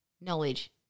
knowledge